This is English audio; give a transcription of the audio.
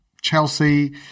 Chelsea